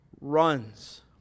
runs